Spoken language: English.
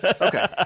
Okay